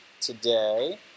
today